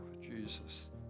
Jesus